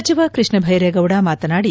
ಸಚಿವ ಕೃಷ್ಣಬೈರೇಗೌಡ ಮಾತನಾದಿ